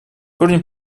корни